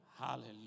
Hallelujah